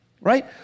Right